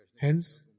Hence